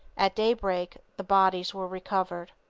at daybreak the bodies were recovered.